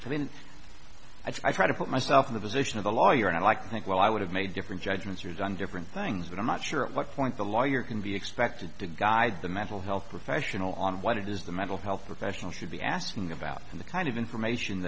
mean i try to put myself in the position of a lawyer and i like to think well i would have made different judgments or done different things but i'm not sure at what point the lawyer can be expected to guide the mental health professional on what it is the mental health professional should be asking about and the kind of information